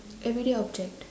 everyday object